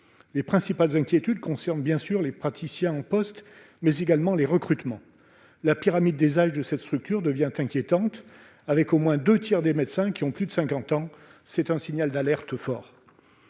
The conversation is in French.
Les principales inquiétudes concernent bien sûr les praticiens en poste, mais également les recrutements. La pyramide des âges de cette structure devient inquiétante, avec au moins deux tiers de médecins âgés de plus de 50 ans : c'est un signal d'alerte fort.